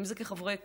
אם זה כחברי כנסת,